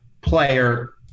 player